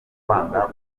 kwanga